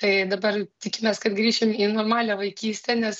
tai dabar tikimės kad grįšim į normalią vaikystę nes